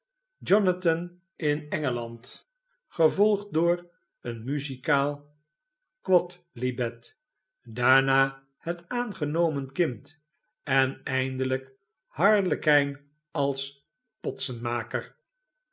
jonathan in engeland gevolgd door een muzikaal quodlibet daarna het aangenomen kind en eindelijk haelekijn als